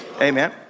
Amen